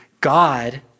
God